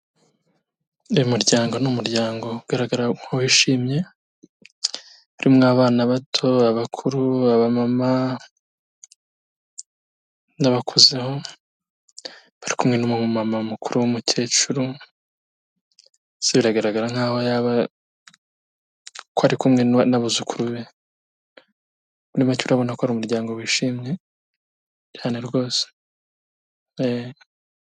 Uyu muryango ni umuryango ugaragara nk'uwishimye, urimo abana bato bakuru, aba mama n'abakuzeho, bari kumwe n'umumama mukuru w'umukecuru, ese biragaragara nkaho ko ari kumwe n'abuzukuru be, muri make urabona ko ari umuryango wishimye cyane rwose eee.